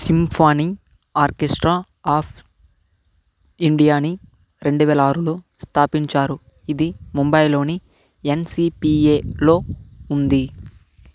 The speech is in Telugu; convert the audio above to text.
సింఫానీ ఆర్కెస్ట్రా ఆఫ్ ఇండియాని రెండువేల ఆరులో స్థాపించారు ఇది ముంబైలోని ఎన్సిపిఏలో ఉంది